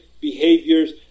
behaviors